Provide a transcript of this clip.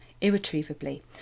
irretrievably